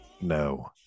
No